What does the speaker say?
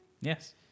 Yes